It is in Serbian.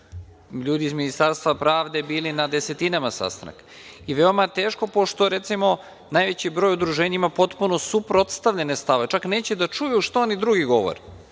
ljudi iz Ministarstva pravde bili na desetinama sastanaka i veoma teško, pošto, recimo, najveći broj udruženja ima potpuno suprotstavljene stavove, čak neće da čuju šta oni drugi govore